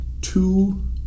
two